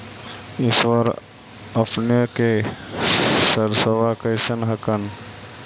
इस बार अपने के सरसोबा कैसन हकन?